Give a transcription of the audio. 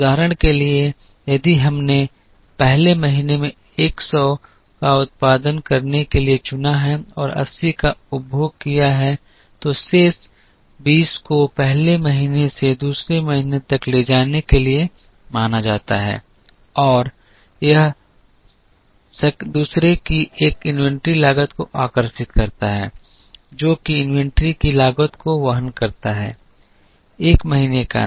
उदाहरण के लिए यदि हमने पहले महीने में एक सौ का उत्पादन करने के लिए चुना और 80 का उपभोग किया तो शेष 20 को पहले महीने से दूसरे महीने तक ले जाने के लिए माना जाता है और यह 2 की एक इन्वेंट्री लागत को आकर्षित करता है जो कि इन्वेंट्री की लागत को वहन करता है एक महीने का अंत